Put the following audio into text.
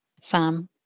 Sam